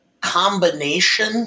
combination